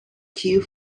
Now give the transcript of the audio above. cue